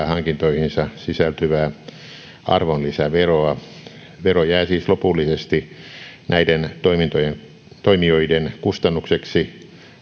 hankintoihinsa sisältyvää arvonlisäveroa vero jää siis lopullisesti näiden toimijoiden kustannukseksi